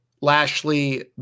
Lashley